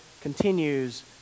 continues